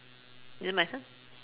is it my turn